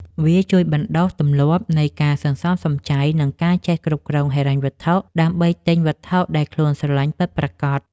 វាជួយបណ្ដុះទម្លាប់នៃការសន្សំសំចៃ និងការចេះគ្រប់គ្រងហិរញ្ញវត្ថុ ដើម្បីទិញវត្ថុដែលខ្លួនស្រឡាញ់ពិតប្រាកដ។